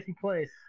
place